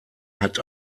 hat